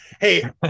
hey